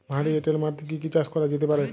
ভারী এঁটেল মাটিতে কি কি চাষ করা যেতে পারে?